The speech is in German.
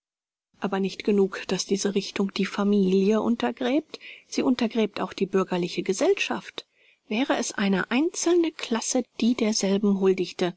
aber nicht genug daß diese richtung die familie untergräbt sie untergräbt auch die bürgerliche gesellschaft wäre es eine einzelne klasse die derselben huldigte